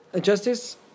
Justice